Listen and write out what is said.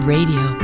Radio